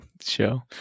show